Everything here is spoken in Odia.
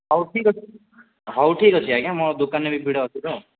ହଉ ଠିକ ଅଛି ହଉ ଠିକ ଅଛି ଆଜ୍ଞା ମୋ ଦୋକାନରେ ବି ଭିଡ଼ ଅଛି ତ